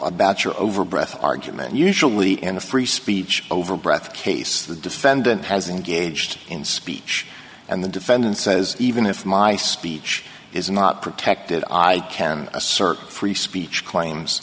about your over breath argument usually in the free speech over breath case the defendant has engaged in speech and the defendant says even if my speech is not protected i can assert free speech claims